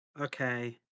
Okay